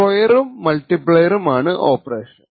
സ്ക്വെറും മൾട്ടിപ്ലൈയും ആണ് ഓപ്പറേഷൻ